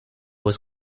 was